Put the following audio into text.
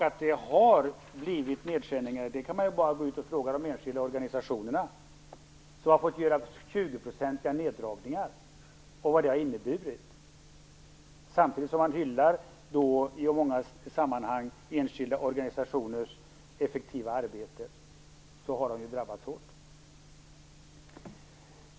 Att det har blivit nedskärningar behöver man bara gå ut och fråga de enskilda organisationerna om, som har fått göra 20-procentiga neddragningar med allt vad det har inneburit. Samtidigt som man i många sammanhang hyllar de enskilda organisationernas effektiva arbete har dessa drabbats hårt.